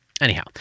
Anyhow